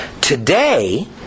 Today